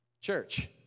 church